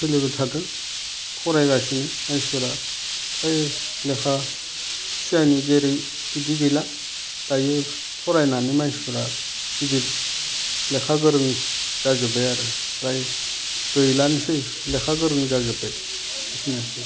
सोलिबाय थादों फरायगासिनो मानसिफ्रा फ्राय लेखा सिगांनि जेरै बिदि गैला दायो फरायनानै मानसिफ्रा गिदिर लेखा गोरों जाजोब्बाय आरो फ्राय गैलानोसै लेखा गोरों जाजोब्बाय एसेनोसै